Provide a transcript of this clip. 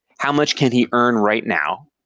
how much can he earn right now?